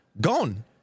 gone